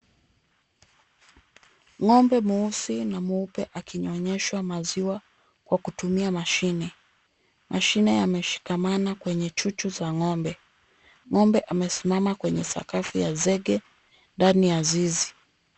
Ng'ombe mweusi na mweupe akinyonyeshwa maziwa kwa kutumia mashine. Mashine yameshikamana kwenye chuchu za ng'ombe. Ng'ombe amesimama kwenye sakafu ya zege ndani ya zizi.